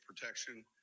protection